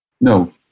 No